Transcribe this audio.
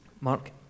Mark